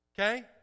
Okay